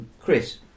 Chris